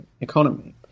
economy